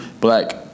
black